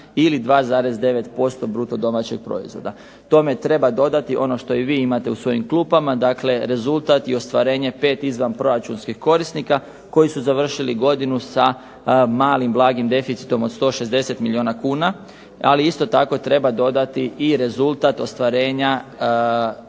ili 2,9% bruto-domaćeg proizvoda. Tome treba dodati i ono što vi imate na svojim klupama dakle rezultat i ostvarenje pet izvanproračunskih korisnika koji su završili godinu sa malim blagim deficitom od 160 milijuna kuna, ali isto tako treba dodati rezultat ostvarenja